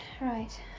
Right